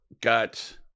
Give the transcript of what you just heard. got